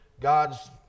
God's